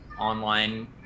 online